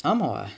ஆமாவா:aamaavaa